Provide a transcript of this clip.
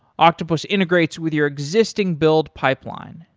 octopus integrates with your existing build pipeline,